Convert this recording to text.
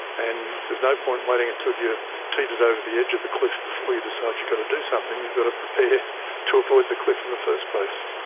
and there's no point waiting until you've teetered over the edge of the cliff before you decide you got to do something you've got to prepare to avoid the cliff in the first place.